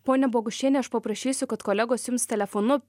ponia bogušiene aš paprašysiu kad kolegos jums telefonu